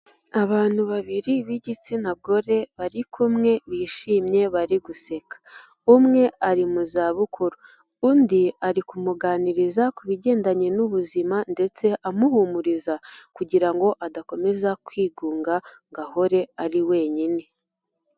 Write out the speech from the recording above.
Abantu babiri b'igitsina gore bari kumwe bishimye bari guseka, umwe ari mu zabukuru, undi ari kumuganiriza ku bigendanye n'ubuzima ndetse amuhumuriza, kugira ngo adakomeza kwigunga ngo ahore ari wenyine.